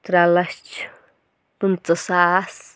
ترٛےٚ لَچھ پٕنٛژٕہ ساس